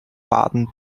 baden